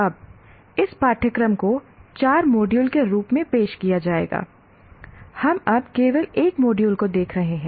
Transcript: अब इस पाठ्यक्रम को 4 मॉड्यूल के रूप में पेश किया जाएगा हम अब केवल 1 मॉड्यूल को देख रहे हैं